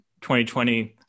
2020